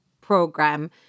program